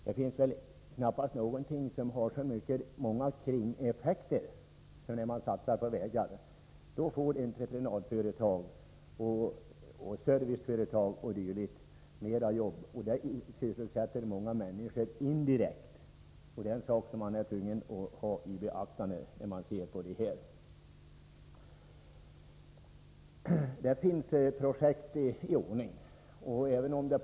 Det finns knappast någonting som har så många kringeffekter som en satsning på vägar. Bl.a. får entreprenadföretag och serviceföretag mera jobb. Det sysselsätter, indirekt, många människor. Det är en sak som man är tvungen att ta i beaktande. Det finns projekt som är klara att sätta i gång.